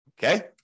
Okay